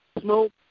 Smoke